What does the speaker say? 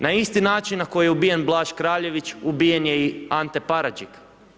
Na isti način na koji je ubijen Blaž Kraljević, ubijen je i Ante Paradžik.